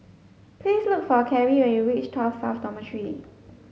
please look for Karie when you reach Tuas South Dormitory